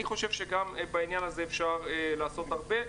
אני חושב שבעניין הזה אפשר לעשות הרבה,